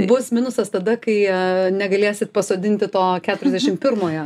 bus minusas tada kai negalėsit pasodinti to keturiasdešim pirmojo